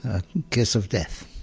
a kiss of death.